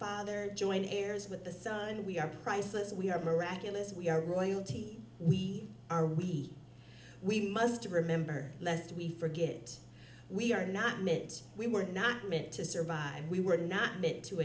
father joined heirs with the son we are priceless we are miraculous we are royalty we are we we must remember lest we forget it we are not needs we were not meant to survive we were not meant to